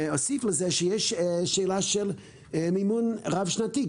אוסיף לזה שיש שאלה של מימון רב-שנתי.